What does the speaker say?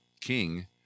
king